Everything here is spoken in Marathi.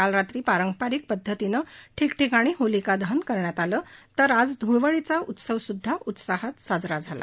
काल रात्री पारंपरिक पद्धतीनं ठिकठिकाणी होलीकादहन करण्यात आलं तर आज ध्ळवडीचा उत्सव सुद्धा उत्साहात साजरा झाला